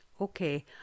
Okay